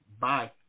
Bye